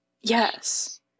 Yes